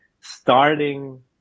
starting